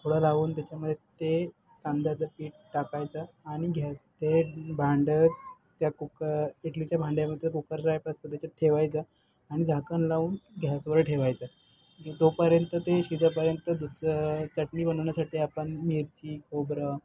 थोडं राहून त्याच्यामध्ये ते तांदळाचं पीठ टाकायचं आणि घ्यायचं ते भांडं त्या कुकर इडलीच्या भांड्यामध्ये कुकरचं एप असतं त्याच्यात ठेवायचं आणि झाकण लावून गॅसवर ठेवायचं तोपर्यंत ते शिजेपर्यंत दुसरं बनवण्यासाठी आपण मिरची खोबरं